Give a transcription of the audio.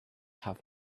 have